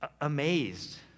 amazed